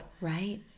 right